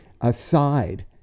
aside